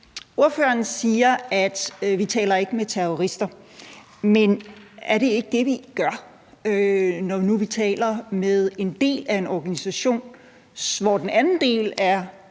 Ordføreren siger, at vi ikke taler med terrorister, men er det ikke det, vi gør, når nu vi taler med en del af en organisation, hvis anden del er